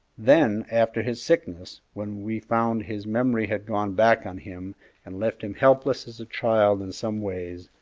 then, after his sickness, when we found his memory had gone back on him and left him helpless as a child in some ways,